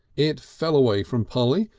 it fell away from polly,